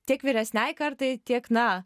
tiek vyresniajai kartai tiek na